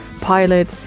pilot